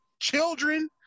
children